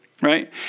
Right